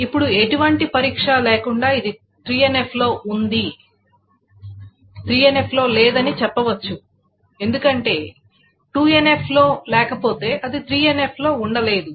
ఇప్పుడు ఎటువంటి పరీక్ష లేకుండా ఇది 3NF లో లేదని చెప్పవచ్చు ఎందుకంటే 2NF లో లేకపోతే అది 3NF లో ఉండలేదు